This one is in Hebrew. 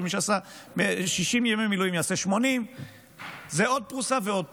ומי שעשה 60 ימי מילואים יעשה 80. זה עוד פרוסה ועוד פרוסה.